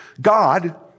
God